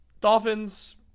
Dolphins